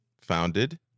Founded